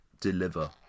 deliver